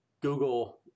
Google